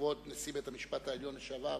מכבוד נשיא בית-המשפט העליון לשעבר,